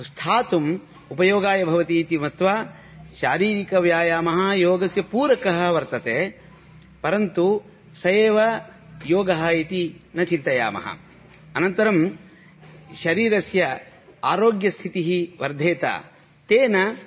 स्थातुम् उपयोगाय भवति इति मत्वा शारीरिकव्यायामः योगस्य पूरकः वर्तते परन्तु स एव योगः इति न चिन्तयामः अनन्तरं शरीरस्य आरोग्यस्थितिः वर्धेत तेन